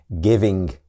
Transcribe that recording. giving